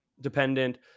dependent